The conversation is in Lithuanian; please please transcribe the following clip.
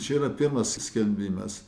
čia yra pirmas skelbimas